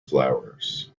flowers